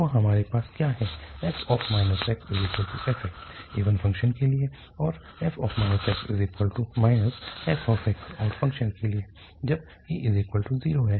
तो हमारे पास क्या है f xfx इवन फ़ंक्शन के लिए और f x f odd functions के लिए जब a0 है